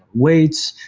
weights,